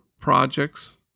projects